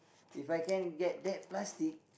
If I can get that plastic